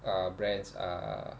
uh brands uh